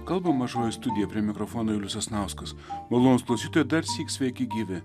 kalba mažoji studija prie mikrofono julius sasnauskas malonūs klausytojai darsyk sveiki gyvi